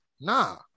nah